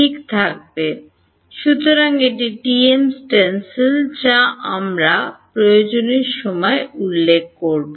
ঠিক থাকবে সুতরাং এটি TM স্টেনসিল যা আমরা প্রয়োজনের সময় উল্লেখ করব